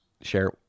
Share